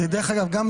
דרך אגב, זה